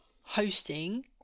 hosting